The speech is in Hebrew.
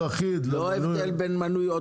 לא הבדל בין מנוי לאוטובוס למנוי ברכבת.